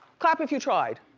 clap if you tried.